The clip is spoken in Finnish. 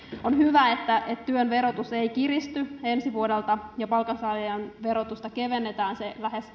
on hyvä että työn verotus ei kiristy ensi vuodelta ja palkansaajien verotusta kevennetään lähes